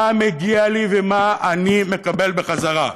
מה מגיע לי ומה אני מקבל בחזרה?